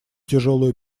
тяжелую